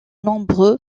nombreux